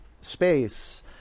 space